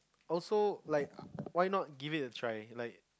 also like why not give it a try like